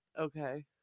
okay